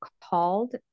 called